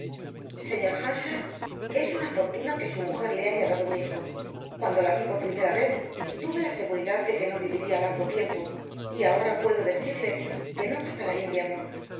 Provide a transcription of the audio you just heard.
señor earnshaw es una fortuna que su mujer le haya dado un hijo cuando la vi por primera vez tuve la seguridad de que no viviría largo tiempo y ahora puedo decirle que no pasará del invierno